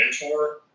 mentor